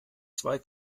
zwei